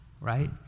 right